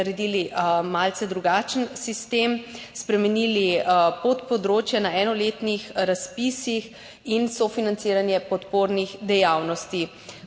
naredili malce drugačen sistem, spremenili podpodročje na enoletnih razpisih in sofinanciranje podpornih dejavnosti.